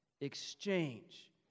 exchange